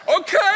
Okay